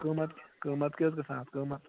قۭمتھ قۭمتھ کیٛاہ حظ گَژھان اتھ قۭمتھ